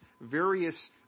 various